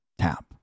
tap